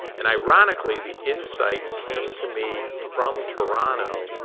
and ironically, the insight came to me from toronto,